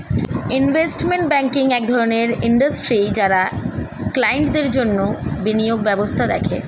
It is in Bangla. ইনভেস্টমেন্ট ব্যাঙ্কিং এক ধরণের ইন্ডাস্ট্রি যারা ক্লায়েন্টদের জন্যে বিনিয়োগ ব্যবস্থা দেখে